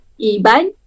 Iban